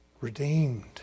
redeemed